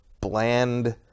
bland